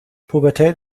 pubertät